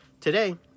today